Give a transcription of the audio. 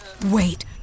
Wait